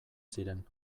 ziren